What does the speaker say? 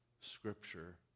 Scripture